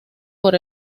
por